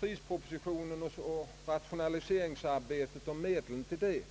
Prispropositionen, rationaliseringsarbetet och medlen till det är